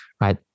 right